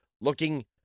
looking